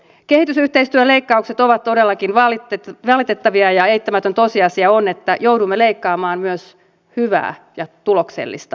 kehitysyhteistyöleikkaukset ovat todellakin valitettavia ja eittämätön tosiasia on että joudumme leikkaamaan myös hyvää ja tuloksellista toimintaa